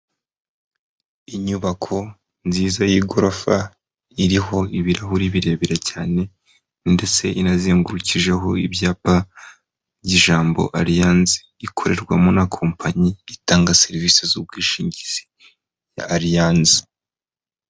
Inyubako nziza y'igorofa iriho ibirahuri birebire cyane ndetse inazengurukijeho ibyapa by'ijambo Aliyansi, ikorerwamo na kompanyi itanga serivisi z'ubwishingizi y'Aliyansi.